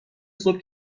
صبح